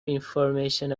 information